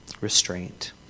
Restraint